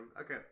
Okay